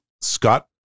Scott